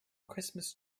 christmas